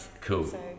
Cool